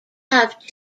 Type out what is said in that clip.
have